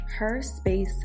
Herspace